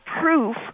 proof